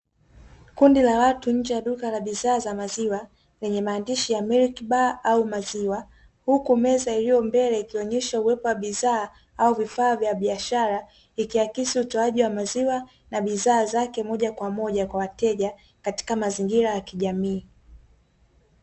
Kundi la watu njee ya duka la bidha za maziwa, Lenye maandishi ya "Milk Bar" au maziwa, Huku meza iliyo mbele ikionyesha uwepo wa bidhaa au vifaa vya biashara ikiakisi utoaji wa maziwa na bidhaa zake moja kwa moja kwa wateja katika mazingira ya kijamii.